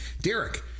Derek